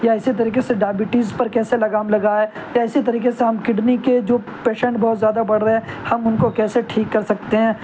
یا اسی طریقے سے ڈائبٹیز پر کیسے لگام لگائیں یا اسی طریقے سے ہم کڈنی کے جو پیشنٹ بہت زیادہ بڑھ رہے ہیں ہم ان کو کیسے ٹھیک کر سکتے ہیں